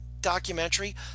Documentary